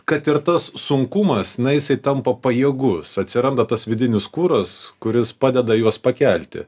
kad ir tas sunkumas na jisai tampa pajėgus atsiranda tas vidinis kuras kuris padeda juos pakelti